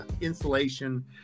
insulation